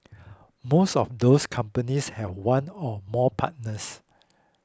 most of those companies have one or more partners